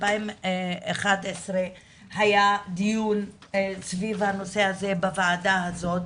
ב-2011 היה דיון סביב הנושא הזה בוועדה הזאת,